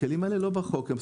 הכלים האלה לא בחוק.